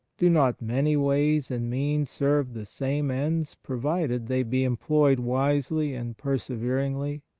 do not many ways and means serve the same ends provided they be employed wisely and perseveringly?